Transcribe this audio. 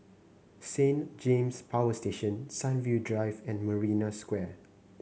Saint James Power Station Sunview Drive and Marina Square